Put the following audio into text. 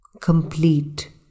complete